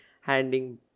handing